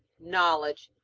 knowledge,